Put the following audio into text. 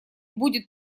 будет